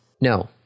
No